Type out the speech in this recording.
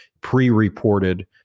pre-reported